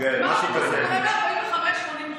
אתה קונה ב-45 שקל 80 טרופית.